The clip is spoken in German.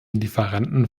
lieferanten